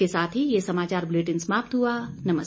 इसी के साथ ये समाचार बुलेटिन समाप्त हुआ नमस्कार